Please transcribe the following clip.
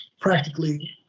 practically